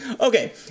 Okay